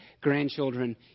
grandchildren